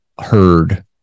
heard